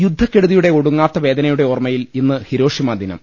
യുദ്ധക്കെടുതിയുടെ ഒടുങ്ങാത്ത വേദനയുടെ ഓർമ്മയിൽ ഇന്ന് ഹിരോഷിമ ദിനം